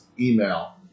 Email